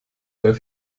bei